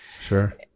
Sure